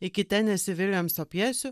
iki tenesi viljamso pjesių